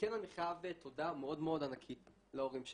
וכן אני חייב תודה מאוד מאוד ענקית להורים שלי,